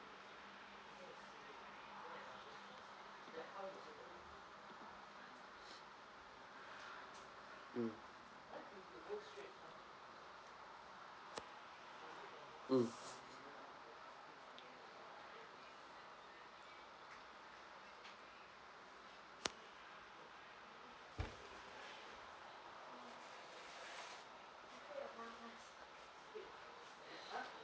mm mm